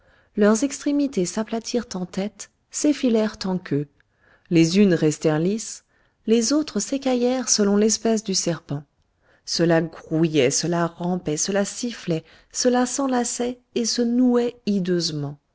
leurs extrémités s'aplatirent en têtes s'effilèrent en queues les unes restèrent lisses les autres s'écaillèrent selon l'espèce du serpent cela grouillait cela rampait cela sifflait cela s'élançait et se nouait